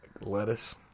lettuce